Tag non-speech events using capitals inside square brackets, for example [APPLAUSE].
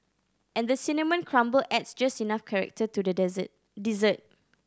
and the cinnamon crumble adds just enough character to the [UNINTELLIGIBLE] dessert